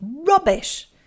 rubbish